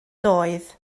doedd